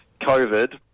COVID